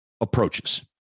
approaches